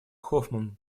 хоффман